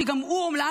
שגם הוא אומלל.